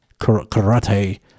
karate